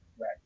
Right